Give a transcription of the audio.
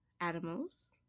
animals